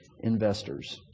investors